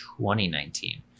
2019